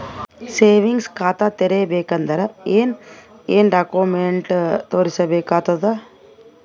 Savings ಖಾತಾ ತೇರಿಬೇಕಂದರ ಏನ್ ಏನ್ಡಾ ಕೊಮೆಂಟ ತೋರಿಸ ಬೇಕಾತದ?